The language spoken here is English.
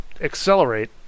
accelerate